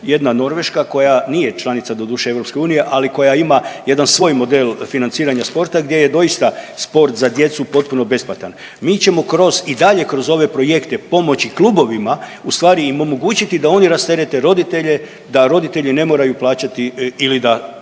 jedna Norveška koja nije članica doduše EU, ali koja ima jedan svoj model financiranja sporta gdje je doista sport za djecu potpuno besplatan. Mi ćemo kroz i dalje kroz ove projekte pomoći klubovima, u stvari im omogućiti da oni rasterete roditelje, da roditelji ne moraju plaćati ili da